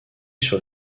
sur